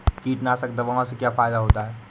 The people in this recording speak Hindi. कीटनाशक दवाओं से क्या फायदा होता है?